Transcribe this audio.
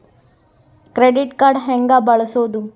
Credit card ಹೆಂಗ ಬಳಸೋದು?